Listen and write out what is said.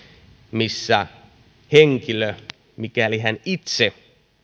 missä henkilö mikäli hän itse